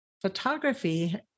photography